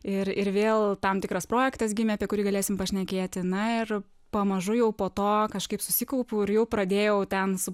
ir ir vėl tam tikras projektas gimė apie kurį galėsim pašnekėti na ir pamažu jau po to kažkaip susikaupiau ir jau pradėjau ten su